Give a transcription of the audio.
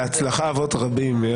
להצלחה אבות רבים.